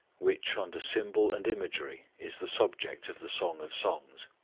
which under symbol and imagery is the subject of the song of songs.